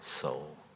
soul